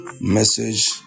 message